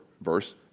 verse